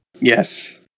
Yes